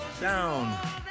down